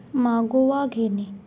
मागोवा घेणे